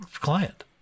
client